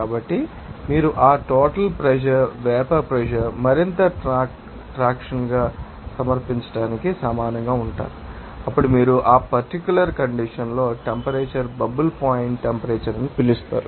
కాబట్టి మీరు ఆ టోటల్ ప్రెషర్ వేపర్ ప్రెషర్ మరింత ట్రాక్షన్గా సమర్పించడానికి సమానంగా ఉంటారని అప్పుడు మీరు ఆ పర్టిక్యూలర్ కండిషన్ లో టెంపరేచర్ బబుల్ పాయింట్ టెంపరేచర్ అని పిలుస్తారు